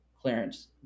clearance